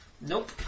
nope